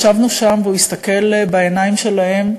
ישבנו שם, והוא הסתכל בעיניים שלהם,